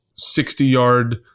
60-yard